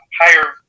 higher